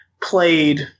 played